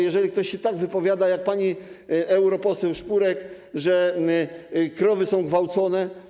Jeżeli ktoś się tak wypowiada jak pani europoseł Spurek, że krowy są gwałcone.